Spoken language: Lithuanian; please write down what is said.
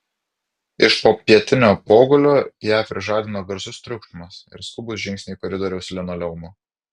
iš popietinio pogulio ją prižadino garsus triukšmas ir skubūs žingsniai koridoriaus linoleumu